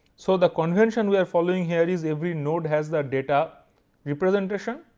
so the convention we are following here is every node has the data representation.